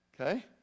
Okay